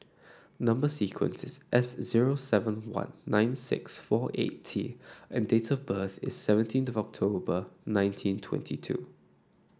number sequence is S zero seven one nine six four eight T and date of birth is seventeen of October nineteen twenty two